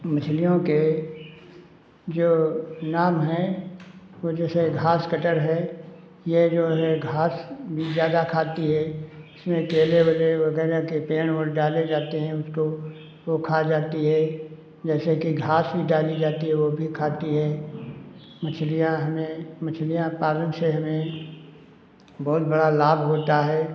मछलियों के जो नाम हैं वो जैसे घास कटर है ये जो है घास भी ज़्यादा खाती है इसमें केले वेले वगैरह के पेड़ ओंड़ डाले जाते हैं उसको ओ खा जाती है जैसे कि घास ही डाली जाती है वो भी खाती है मछलियाँ हमें मछलियाँ पालन से हमें बहुत बड़ा लाभ होता है